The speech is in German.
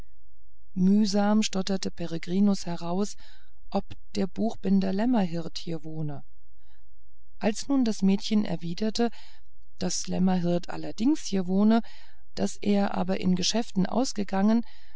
mühsam stotterte peregrinus heraus ob der buchbinder lämmerhirt hier wohne als nun das mädchen erwiderte daß lämmerhirt allerdings hier wohne daß er aber in geschäften ausgegangen